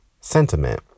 sentiment